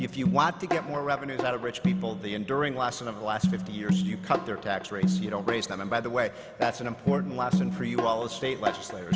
if you want to get more revenue that rich people the enduring lesson of the last fifty years you cut their tax rates you don't raise them and by the way that's an important lesson for you all the state legislator